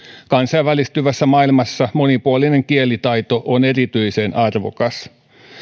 kansainvälistyvässä maailmassa monipuolinen kielitaito on erityisen arvokas